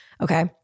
okay